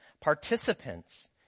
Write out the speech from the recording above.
participants